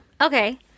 Okay